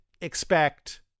expect